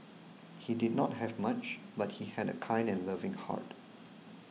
he did not have much but he had a kind and loving heart